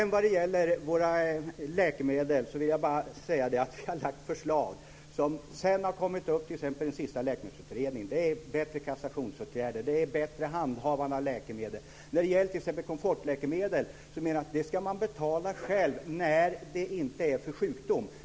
När det gäller läkemedlen vill jag säga att vi har lagt fram förslag som sedan har kommit upp i t.ex. den senaste läkemedelsutredningen. Det handlar om bättre kassationsåtgärder och bättre handhavande av läkemedel. När det gäller t.ex. komfortläkemedel menar jag att dessa ska man betala själv när de inte används för sjukdom.